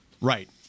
Right